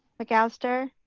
mcallister,